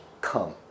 come